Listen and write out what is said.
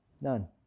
None